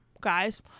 Guys